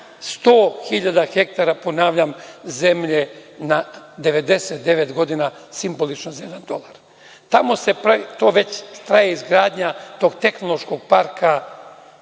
100.000 hektara zemlje na 99 godina, simbolično za jedan dolar. Tamo se pravi, već traje izgradnja tog tehnološkog parka